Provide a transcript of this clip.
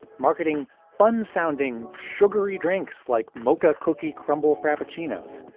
marketing fun sounding sugary drinks like mocha cookie crumble frappuccinos.